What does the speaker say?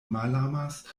malamas